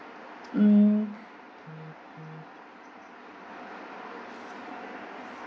mm